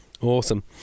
Awesome